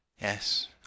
Yes